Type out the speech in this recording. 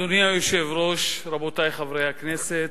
אדוני היושב-ראש, רבותי חברי הכנסת,